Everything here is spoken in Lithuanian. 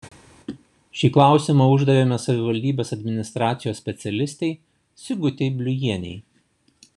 šį klausimą uždavėme savivaldybės administracijos specialistei sigutei bliujienei